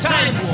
Time